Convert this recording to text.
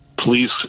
Please